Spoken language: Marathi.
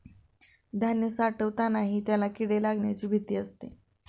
धान्य साठवतानाही त्याला किडे लागण्याची भीती असते